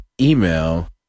email